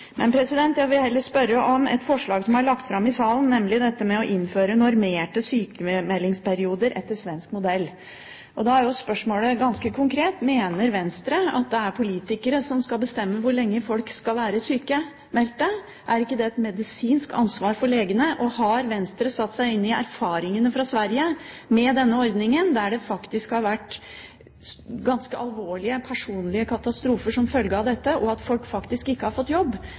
Men jeg vil heller spørre om et forslag som er lagt fram i salen, nemlig dette med å innføre normerte sykmeldingsperioder etter svensk modell. Da er spørsmålet ganske konkret: Mener Venstre at det er politikere som skal bestemme hvor lenge folk skal være sykmeldte? Er ikke det et medisinsk ansvar for legene? Har Venstre satt seg inn i erfaringene fra Sverige med denne ordningen, der det faktisk har vært ganske alvorlige, personlige katastrofer som følge av dette, og der folk ikke har fått jobb,